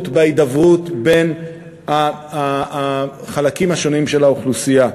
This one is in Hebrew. בהידברות בין החלקים השונים של האוכלוסייה.